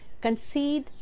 concede